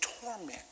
torment